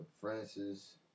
Francis